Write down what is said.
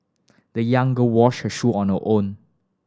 the young girl washed her shoe on her own